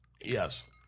Yes